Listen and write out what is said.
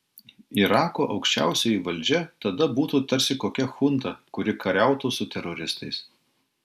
irako aukščiausioji valdžia tada būtų tarsi kokia chunta kuri kariautų su teroristais